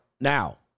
Now